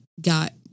got